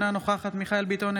אינה נוכחת מיכאל מרדכי ביטון,